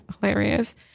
hilarious